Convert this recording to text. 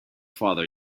father